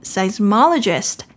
Seismologist